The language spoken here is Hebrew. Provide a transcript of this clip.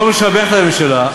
במקום לשבח את הממשלה,